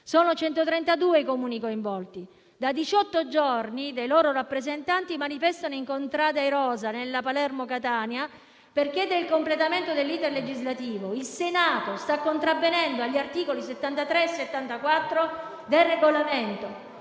Sono 132 i Comuni coinvolti e da diciotto giorni dei loro rappresentanti manifestano in contrada Irosa, lungo la Palermo-Catania, per chiedere il completamento dell'*iter* legislativo. Il Senato sta contravvenendo agli articoli 73 e 74 del Regolamento.